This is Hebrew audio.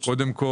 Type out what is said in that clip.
למה?